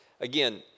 again